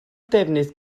defnydd